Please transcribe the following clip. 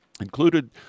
included